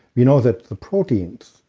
we know that the proteins,